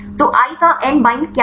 तो i का n bind क्या है